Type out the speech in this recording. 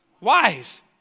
wise